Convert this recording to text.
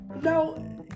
Now